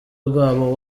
rwabo